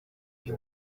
uyu